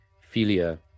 filia